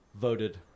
voted